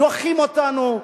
דוחים אותנו,